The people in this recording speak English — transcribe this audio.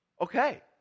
okay